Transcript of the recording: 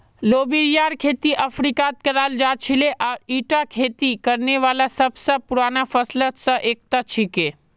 लोबियार खेती अफ्रीकात कराल जा छिले आर ईटा खेती करने वाला सब स पुराना फसलत स एकता छिके